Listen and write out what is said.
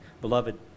Beloved